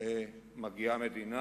מגיעה מדינה?